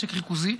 משק ריכוזי,